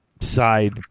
side